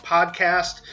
Podcast